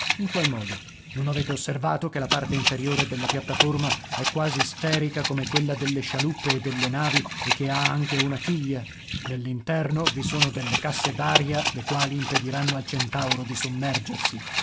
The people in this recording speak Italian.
in qual modo non avete osservato che la parte inferiore della piattaforma è quasi sferica come quella delle scialuppe e delle navi e che ha anche una chiglia nell'interno vi sono delle casse d'aria le quali impediranno al centauro di sommergersi